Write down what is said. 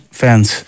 fans